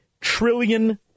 trillion